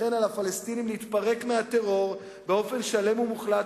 לכן על הפלסטינים להתפרק מהטרור באופן שלם ומוחלט,